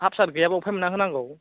हाब सार गैयाब्ला अफाय मोनना होनांगौ